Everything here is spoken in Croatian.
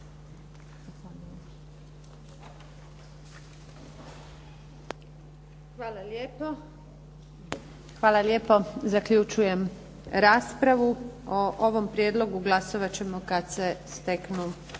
Željka (SDP)** Hvala lijepo. Zaključujem raspravu. O ovom prijedlogu glasovat ćemo kad se steknu